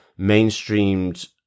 mainstreamed